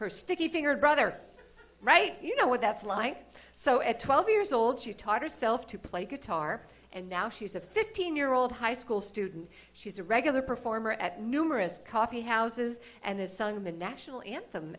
her sticky fingered brother right you know what that's like so at twelve years old she taught herself to play guitar and now she's a fifteen year old high school student she's a regular performer at numerous coffee houses and has sung the national anthem